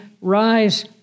Rise